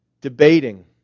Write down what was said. Debating